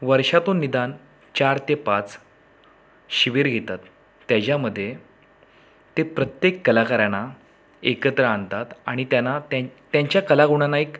वर्षातून निदान चार ते पाच शिबीर घेतात त्याच्यामध्ये ते प्रत्येक कलाकारांना एकत्र आणतात आणि त्यांना त्यां त्यांच्या कलागुणांना एक